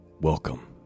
Welcome